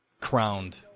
crowned